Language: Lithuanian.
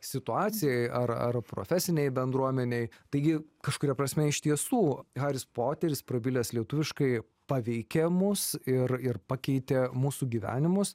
situacijai ar ar profesinei bendruomenei taigi kažkuria prasme iš tiesų haris poteris prabilęs lietuviškai paveikė mus ir ir pakeitė mūsų gyvenimus